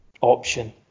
option